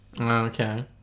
Okay